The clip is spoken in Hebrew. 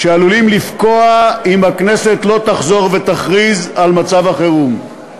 שעלולים לפקוע אם הכנסת לא תחזור ותכריז על מצב חירום.